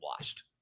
washed